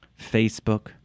Facebook